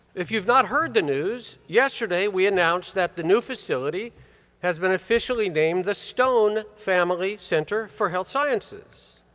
if you've not heard the news, yesterday we announced that the new facility has been officially named the stone family center for health sciences.